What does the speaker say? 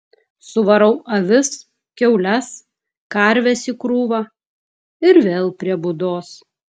suvarau avis kiaules karves į krūvą ir vėl prie būdos